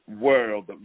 world